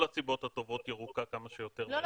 הסיבות הטובות ירוקה כמה שיותר מהר -- לא,